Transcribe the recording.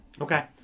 Okay